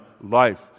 life